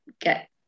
get